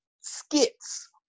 skits